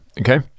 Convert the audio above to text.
Okay